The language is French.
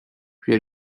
puis